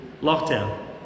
lockdown